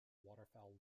waterfowl